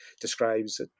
describes